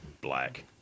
black